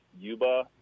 Yuba